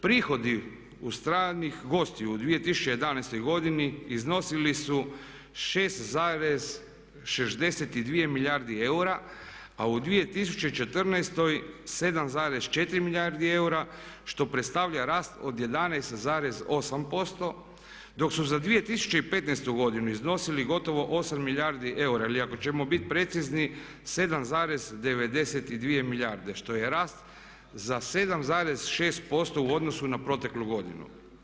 Prihodi od stranih gostiju u 2011. godini iznosili su 6,62 milijardi eura a u 2014. 7,4 milijardi eura što predstavlja rast od 11,8% dok su za 2015. godinu iznosili gotovo 8 milijardi eura ili ako ćemo biti precizni 7,92 milijarde što je rast za 7,6% u odnosu na proteklu godinu.